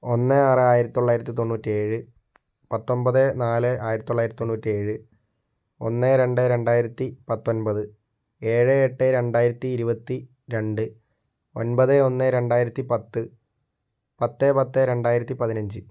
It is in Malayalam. ഒന്ന് ആറ് ആയിരത്തിത്തൊള്ളായിരത്തി തൊണ്ണൂറ്റേഴ് പത്തൊമ്പത് നാല് ആയിരത്തിത്തൊള്ളായിരത്തി തൊണ്ണൂറ്റേഴ് ഒന്ന് രണ്ട് രണ്ടായിരത്തിപ്പത്തൊന്പത് ഏഴ് എട്ട് രണ്ടായിരത്തി ഇരുപത്തി രണ്ട് ഒന്പത് ഒന്ന് രണ്ടായിരത്തിപ്പത്ത് പത്ത് പത്ത് രണ്ടായിരത്തിപ്പതിനഞ്ച്